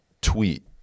tweet